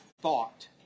thought